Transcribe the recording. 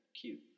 cute